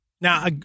Now